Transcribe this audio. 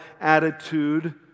attitude